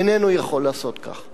איננו יכול לעשות כך.